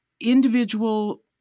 individual